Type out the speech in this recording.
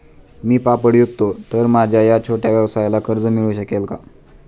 मी पापड विकतो तर माझ्या या छोट्या व्यवसायाला कर्ज मिळू शकेल का?